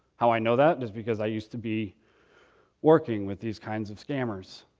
how i know that is because i used to be working with these kinds of scammers.